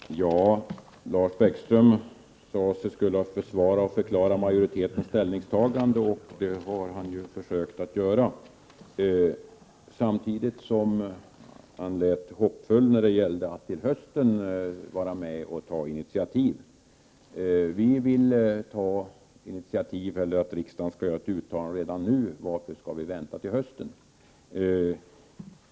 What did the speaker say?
Herr talman! Lars Bäckström sade sig vilja förklara och försvara majoritetens ställningstagande, och det har han försökt att göra. Han lät samtidigt hoppfull när det gällde att till hösten vara med och ta initiativ. Vi centerpartister vill att riksdagen redan nu skall göra ett uttalande. Varför skall vi vänta till hösten?